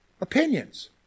Opinions